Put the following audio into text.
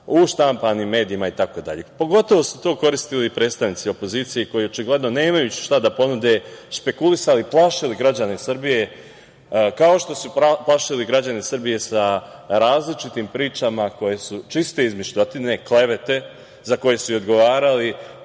u štampanim mecijima, itd. Pogotovo se tu koristili predstavnici opozicije, očigledno nemajući šta da ponude, špekulisali, plašili građane Srbije, kao što su plašili građani Srbije sa različitim pričama koje su čiste izmišljotine, klevete, za koje su odgovarali,